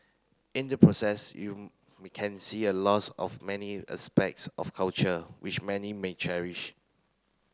in the process you may can see a loss of many aspects of culture which many may cherish